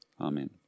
Amen